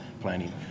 planning